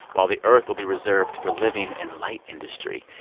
while the earth will be reserved for living and light industry.